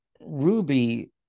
ruby